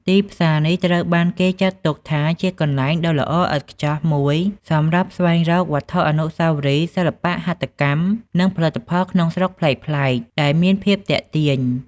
ទីផ្សារនេះត្រូវបានគេចាត់ទុកថាជាកន្លែងដ៏ល្អឥតខ្ចោះមួយសម្រាប់ស្វែងរកវត្ថុអនុស្សាវរីយ៍ សិល្បៈហត្ថកម្ម និងផលិតផលក្នុងស្រុកប្លែកៗ ដែលមានភាពទាក់ទាញ។